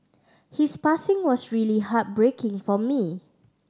his passing was really heartbreaking for me